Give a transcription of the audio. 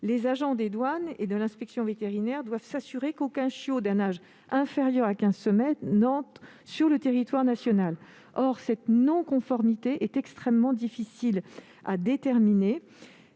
Les agents des douanes et de l'inspection vétérinaire doivent s'assurer qu'aucun chiot d'un âge inférieur à quinze semaines n'entre sur le territoire national. Or cette non-conformité est extrêmement difficile à déterminer